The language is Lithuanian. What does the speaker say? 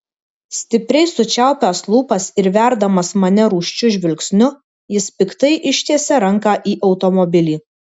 stipriai sučiaupęs lūpas ir verdamas mane rūsčiu žvilgsniu jis piktai ištiesia ranką į automobilį